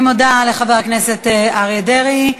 אני מודה לחבר הכנסת אריה דרעי.